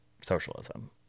socialism